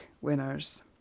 winners